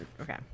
okay